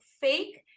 fake